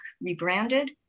rebranded